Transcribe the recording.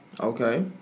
Okay